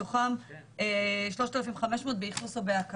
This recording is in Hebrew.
מתוכן 3,500 באכלוס או ב- --.